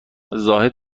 زاهد